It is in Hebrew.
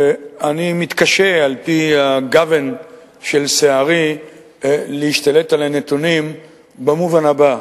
ואני מתקשה על-פי הגוון של שערי להשתלט על הנתונים במובן הבא: